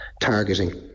targeting